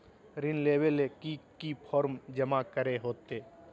ऋण लेबे ले की की फॉर्म जमा करे होते?